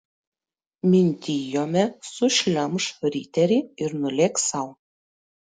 mintijome sušlemš riterį ir nulėks sau